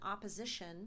opposition